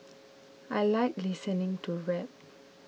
I like listening to rap